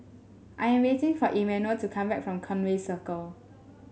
I am waiting for Emanuel to come back from Conway Circle